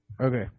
Okay